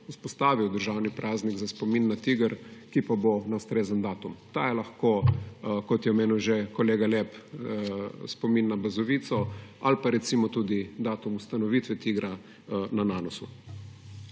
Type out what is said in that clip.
vzpostavil državni praznik za spomin na TIGR, ki pa bo na ustrezen datum. Ta je lahko, kot je omenil že kolega Lep, spomin na Bazovico ali pa recimo tudi datum ustanovitve TIGR-a na Nanosu.